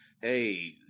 hey